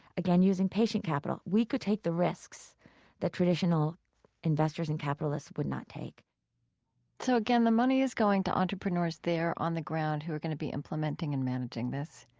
again using patient capital. we could take the risks that traditional investors and capitalists would not take so, again, the money is going to entrepreneurs there on the ground who are going to be implementing and managing this?